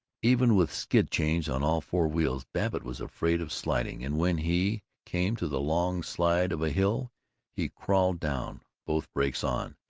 even with skid chains on all four wheels, babbitt was afraid of sliding, and when he came to the long slide of a hill he crawled down, both brakes on.